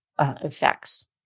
effects